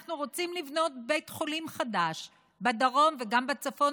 אנחנו רוצים לבנות בית חולים חדש בדרום וגם בצפון,